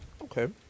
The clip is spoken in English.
Okay